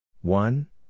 One